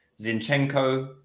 Zinchenko